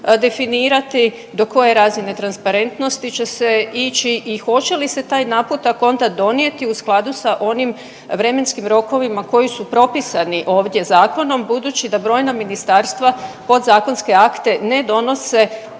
definirati, do koje razine transparentnosti će se ići i hoće li se taj naputak onda donijeti u skladu sa onim vremenskim rokovima koji su propisani ovdje zakonom, budući da brojna ministarstva podzakonske akte ne donose